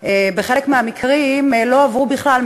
בחלק המקרים לא עברו בכלל,